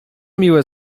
miłe